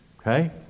Okay